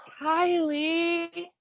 Kylie